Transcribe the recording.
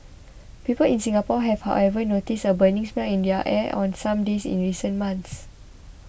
people in Singapore have however noticed a burning smell in their air on some days in recent months